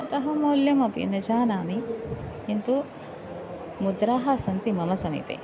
अतः मौल्यमपि न जानामि किन्तु मुद्राः सन्ति मम समीपे